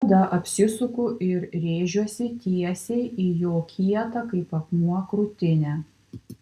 tada apsisuku ir rėžiuosi tiesiai į jo kietą kaip akmuo krūtinę